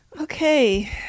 Okay